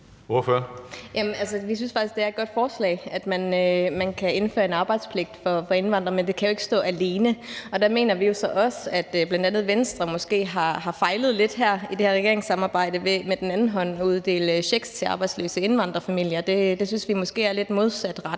Vi synes faktisk, det er et godt forslag, at man kan indføre en arbejdspligt for indvandrere, men det kan jo ikke stå alene. Der mener vi jo så også, at bl.a. Venstre måske har fejlet lidt i det her regeringssamarbejde ved med den anden hånd at uddele checks til arbejdsløse indvandrerfamilier. Det synes vi måske er lidt modsatrettet